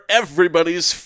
everybody's